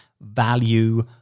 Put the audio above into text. value